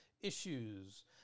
issues